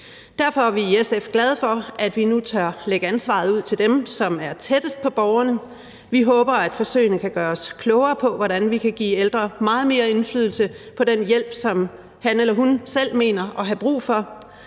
Derfor er vi i SF glade for, at vi nu tør lægge ansvaret ud til dem, som er tættest på borgerne. Vi håber, at forsøgene kan gøre os klogere på, hvordan vi kan give ældre meget mere indflydelse på den hjælp, som han eller hun selv mener at have brug for,